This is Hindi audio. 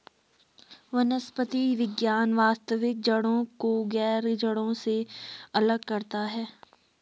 वनस्पति विज्ञान वास्तविक जड़ों को गैर जड़ों से अलग करता है